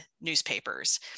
newspapers